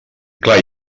clar